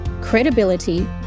credibility